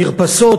מרפסות,